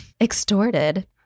extorted